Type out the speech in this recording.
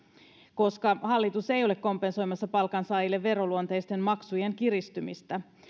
koska hallitus ei ole kompensoimassa palkansaajille veroluonteisten maksujen kiristymistä